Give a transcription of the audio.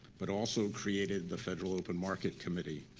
but also created the federal open market committee.